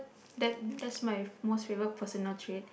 that that's my most favorite personal trait